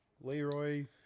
Leroy